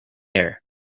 air